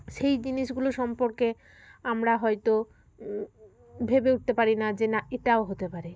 সেই জিনিসগুলো সম্পর্কে আমরা হয়তো ভেবে উঠতে পারি না যে না এটাও হতে পারে